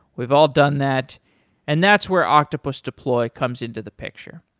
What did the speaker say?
we've all done that and that's where octopus deploy comes into the picture.